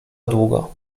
długo